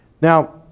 Now